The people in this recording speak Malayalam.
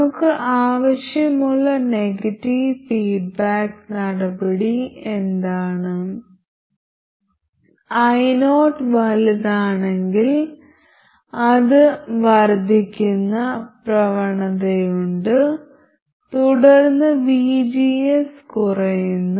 നമുക്ക് ആവശ്യമുള്ള നെഗറ്റീവ് ഫീഡ്ബാക്ക് നടപടി എന്താണ് io വലുതാണെങ്കിൽ അത് വർദ്ധിക്കുന്ന പ്രവണതയുണ്ട് തുടർന്ന് vgs കുറയുന്നു